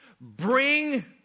Bring